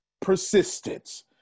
persistence